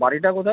বাড়িটা কোথায়